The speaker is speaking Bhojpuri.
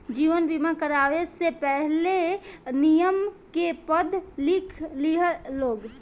जीवन बीमा करावे से पहिले, नियम के पढ़ लिख लिह लोग